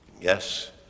Yes